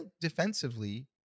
defensively